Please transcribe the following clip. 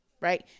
Right